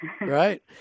Right